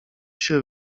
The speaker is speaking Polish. się